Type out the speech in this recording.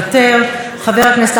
חבר הכנסת אברהם נגוסה,